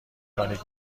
مکانیک